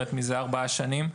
פנסיונרית מזה ארבע שנים,